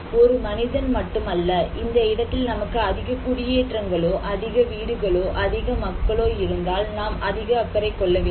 ஒரு மனிதன் மட்டுமல்ல இந்த இடத்தில் நமக்கு அதிக குடியேற்றங்களோ அதிக வீடுகளோ அதிக மக்களோ இருந்தால் நாம் அதிக அக்கறை கொள்ள வேண்டும்